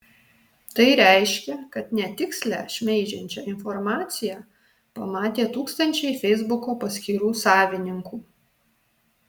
tai reiškia kad netikslią šmeižiančią informaciją pamatė tūkstančiai feisbuko paskyrų savininkų